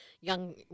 young